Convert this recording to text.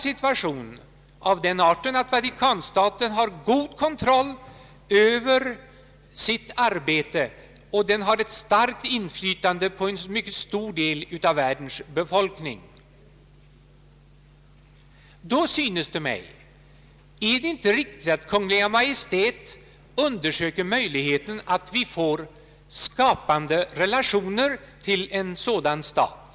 Situationen är den att Vatikanstaten har god kontroll över sitt arbete, och den har ett starkt inflytande på en mycket stor del av världens befolkning. är det då inte riktigt att Kungl. Maj:t undersöker möjligheten att åstadkomma skapande relationer med en sådan stat?